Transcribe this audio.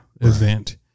event